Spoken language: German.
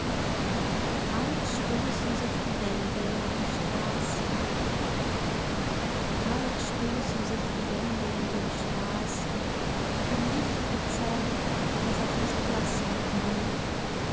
hart stossen sich die wände in den strassen hart stoßen sich die wände in den straßen vom licht gezerrt das auf das pflaster keucht